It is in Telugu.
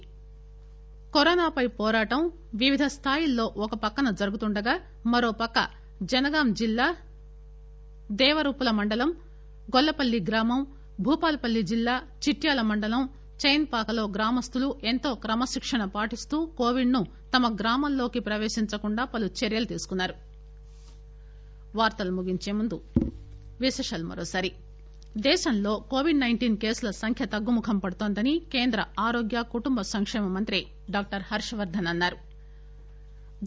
పాజిటిప్ న్లోరీ కరోనాపై పోరాటం వివిధ స్థాయిల్లో ఒక పక్కన జరుగుతూండగా మరోపక్క జనగాం జిల్లా దేవరుప్పుల మండలం గొల్లపల్లి గ్రామం భూపాలపల్లి జిల్లా చిట్యాల మండలం చైన్పాకలో గ్రామస్తులు ఎంతో క్రమశిక్షణ పాటిస్తూ కోవిడ్ ను తమ గ్రామంలోకి ప్రపేశించకుండా పలు చర్యలు తీసుకున్నారు